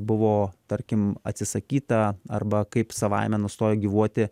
buvo tarkim atsisakyta arba kaip savaime nustojo gyvuoti